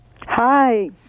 Hi